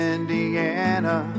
Indiana